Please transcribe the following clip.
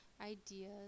ideas